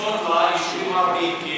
מכסות ליישובים הערביים,